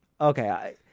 Okay